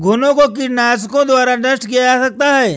घुनो को कीटनाशकों द्वारा नष्ट किया जा सकता है